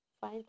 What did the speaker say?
fine